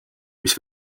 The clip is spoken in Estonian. mis